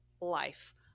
life